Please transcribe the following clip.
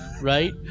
right